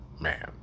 man